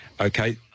Okay